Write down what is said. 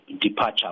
departure